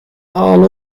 all